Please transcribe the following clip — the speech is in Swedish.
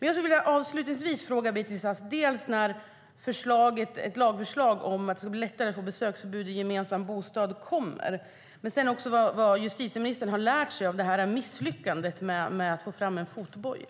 Avslutningsvis vill jag fråga Beatrice Ask när ett lagförslag om att det ska bli lättare att få besöksförbud i gemensam bostad kommer. Vad har justitieministern lärt sig av misslyckandet med att få fram en fotboja?